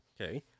Okay